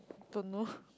don't know